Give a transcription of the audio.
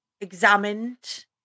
examined